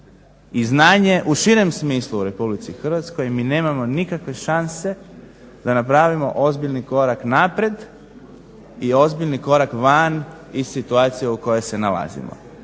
i znanje u širem smislu u RH, mi nemao nikakve šanse da napravimo ozbiljni korak naprijed i ozbiljni korak van iz situacije u kojoj se nalazimo.